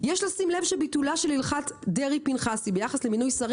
יש לשים לב שביטולה של הילכת דרעי-פנחסי ביחס למינוי שרים